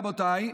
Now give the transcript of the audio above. רבותיי,